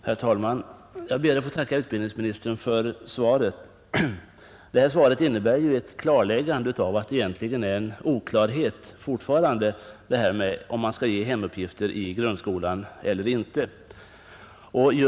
Herr talman! Jag ber att få tacka utbildningsministern för svaret. Detta svar innebär ju ett klarläggande av att det egentligen fortfarande råder oklarhet om huruvida man skall ge hemuppgifter i grundskolan eller ej.